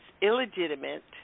illegitimate